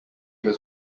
was